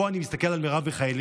פה אני מסתכל על מרב מיכאלי,